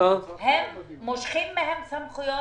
הם מושכים מהם סמכויות,